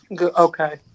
Okay